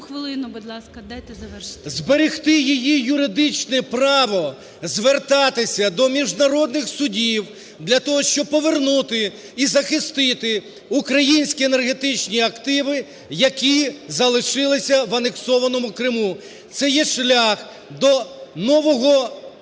зберегти її юридичне право звертатися до міжнародних судів для того, щоб повернути і захистити українські енергетичні активи, які залишились в анексованому Криму. Це є шлях до нової